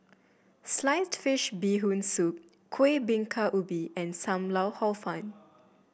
Sliced Fish Bee Hoon Soup Kueh Bingka Ubi and Sam Lau Hor Fun